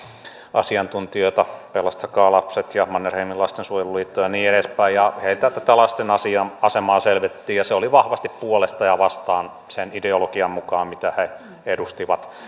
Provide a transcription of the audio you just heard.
asiantuntijoita pelastakaa lapset ja mannerheimin lastensuojeluliitto ja niin edespäin heiltä tätä lasten asemaa selvitettiin ja se oli vahvasti puolesta ja vastaan sen ideologian mukaan mitä he edustivat